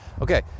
Okay